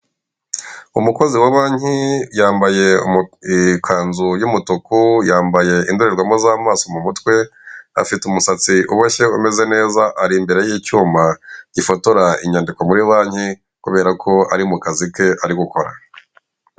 Umukozi wabanyi yambaye ikanzu y'umutuku, yambaye indorerwamo za maso mu mutwe, afite umusatsi uboshye umeze neza ari imbere y'icyuma gifotora inyandiko muri banki kubere ko ari mu kazi ke ari gukora.